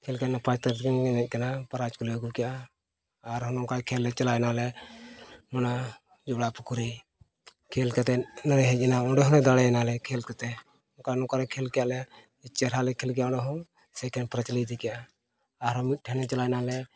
ᱠᱷᱮᱞ ᱠᱟᱱᱟ ᱱᱟᱯᱟᱭ ᱩᱛᱟᱹᱨ ᱠᱤᱱ ᱮᱱᱮᱡ ᱠᱟᱱᱟ ᱯᱨᱟᱭᱤᱡᱽ ᱠᱚᱞᱮ ᱟᱹᱜᱩ ᱠᱮᱜᱼᱟ ᱟᱨᱦᱚᱸ ᱱᱚᱝᱠᱟ ᱠᱷᱮᱞ ᱞᱮ ᱪᱟᱞᱟᱣ ᱱᱟᱞᱮ ᱚᱱᱟ ᱡᱚᱲᱟ ᱯᱩᱠᱷᱨᱤ ᱠᱷᱮᱞ ᱠᱟᱛᱮᱫ ᱞᱮ ᱦᱮᱡ ᱮᱱᱟ ᱚᱸᱰᱮ ᱦᱚᱸᱞᱮ ᱫᱟᱲᱮᱭᱮᱱᱟ ᱞᱮ ᱠᱷᱮᱞ ᱠᱚᱛᱮ ᱱᱚᱝᱠᱟ ᱱᱝᱠᱟ ᱞᱮ ᱠᱷᱮᱞ ᱠᱮᱜᱼᱟ ᱞᱮ ᱪᱮᱦᱨᱟ ᱞᱮ ᱠᱷᱮᱞ ᱠᱮᱜᱼᱟ ᱚᱸᱰᱮ ᱦᱚᱸ ᱥᱮᱠᱮᱱᱰ ᱯᱨᱟᱭᱤᱡᱽ ᱞᱮ ᱤᱫᱤ ᱠᱮᱜᱼᱟ ᱟᱨᱦᱚᱸ ᱢᱤᱫ ᱴᱷᱮᱱ ᱞᱮ ᱪᱟᱞᱟᱣ ᱱᱟᱞᱮ